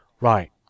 right